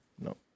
No